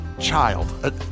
child